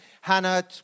Hannah